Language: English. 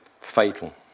fatal